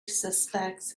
suspects